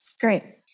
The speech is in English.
Great